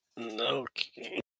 Okay